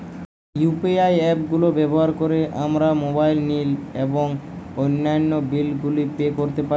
UPI app গুলো ব্যবহার করে আমরা মোবাইল নিল এবং অন্যান্য বিল গুলি পে করতে পারি